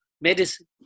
medicine